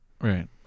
Right